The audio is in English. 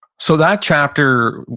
so that chapter,